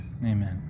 amen